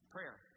Prayer